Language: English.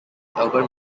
album